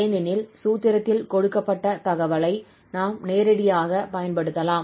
ஏனெனில் சூத்திரத்தில் கொடுக்கப்பட்ட தகவலை நாம் நேரடியாகப் பயன்படுத்தலாம்